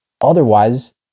otherwise